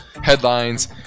headlines